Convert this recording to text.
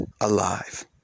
alive